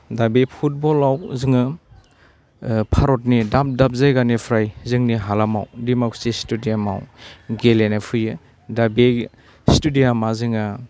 दा बे फुटबलाव जोङो भारतनि दाब दाब जायगानिफ्राय जोंनि हालामाव दिमाकुसि स्टेडियामाव गेलेनो फैयो दा बे गे स्टेडियामा जोङो